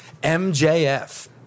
MJF